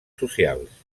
socials